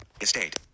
Estate